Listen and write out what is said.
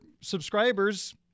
subscribers